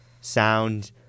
sound